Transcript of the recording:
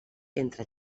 entre